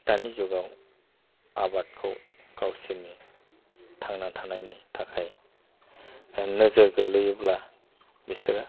दानि जुगाव आबादखौ गावसोरनि थांनानै थानायनि थाखाय नोजोर गोलैयोब्ला बिसोरो